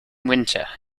winter